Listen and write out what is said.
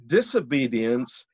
disobedience